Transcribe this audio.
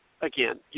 again